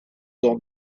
dans